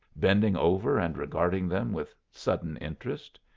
bending over and regarding them with sudden interest.